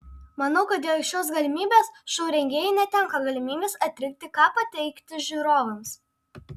manau kad dėl šios galimybės šou rengėjai netenka galimybės atrinkti ką pateikti žiūrovams